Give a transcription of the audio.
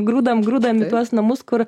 grūdam grūdami tuos namus kur